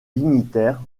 dignitaires